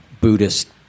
Buddhist